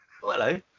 Hello